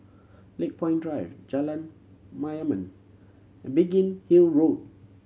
Lakepoint Drive Jalan Mayaanam and Biggin Hill Road